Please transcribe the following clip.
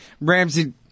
Ramsey